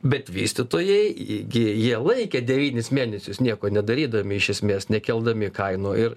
bet vystytojai gi jie laikė devynis mėnesius nieko nedarydami iš esmės nekeldami kainų ir